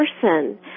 person